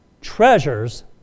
treasures